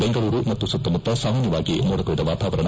ಬೆಂಗಳೂರು ಮತ್ತು ಸುತ್ತಮುತ್ತ ಸಾಮಾನ್ಥವಾಗಿ ಮೋಡ ಕವಿದ ವಾತಾವರಣ